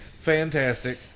Fantastic